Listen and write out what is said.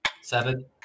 Seven